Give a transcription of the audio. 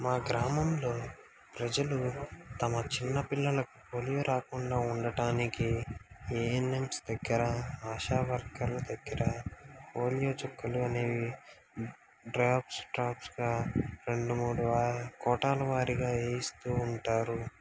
మా గ్రామంలో ప్రజలు తమ చిన్న పిల్లలకు పోలియో రాకుండా ఉండటానికి ఏఎన్ఎమ్స్ దగ్గర ఆశా వర్కర్ల దగ్గర పోలియో చుక్కలు అనేవి డ్రాప్స్ డ్రాప్స్గా రెండు మూ డు కోటాలు వారిగా వేస్తూ ఉంటారు